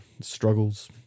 struggles